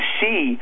see